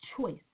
choice